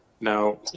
now